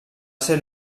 ser